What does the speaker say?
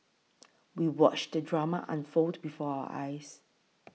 we watched the drama unfold before our eyes